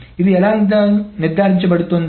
ఇది ఎలా నిర్ధారించబడుతోంది